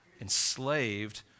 enslaved